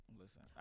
Listen